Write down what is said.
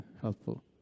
helpful